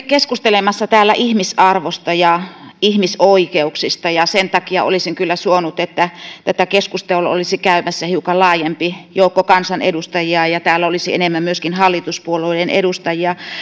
keskustelemassa ihmisarvosta ja ihmisoikeuksista sen takia olisin kyllä suonut että tätä keskustelua olisi käymässä hiukan laajempi joukko kansanedustajia ja täällä olisi enemmän myöskin hallituspuolueiden edustajia